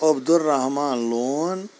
Abdul Rahman لون